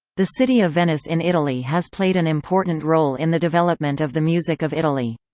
the city of venice in italy has played an important role in the development of the music of italy.